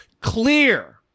clear